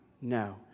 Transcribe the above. no